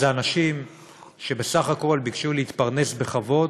אלו אנשים שבסך הכול ביקשו להתפרנס בכבוד,